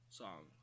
song